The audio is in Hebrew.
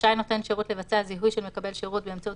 רשאי נותן שירות לבצע זיהוי של מקבל שירות באמצעות